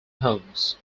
homes